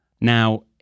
Now